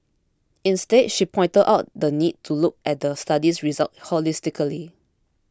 instead she pointed out the need to look at the study's results holistically